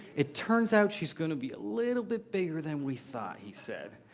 it turns out she's going to be a little bit bigger than we thought, he said.